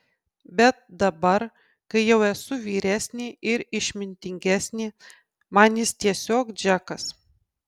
bet dabar kai jau esu vyresnė ir išmintingesnė man jis tiesiog džekas